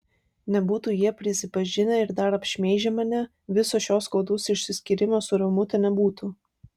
nebūtų jie prisipažinę ir dar apšmeižę mane viso šio skaudaus išsiskyrimo su ramute nebūtų